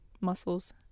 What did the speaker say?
muscles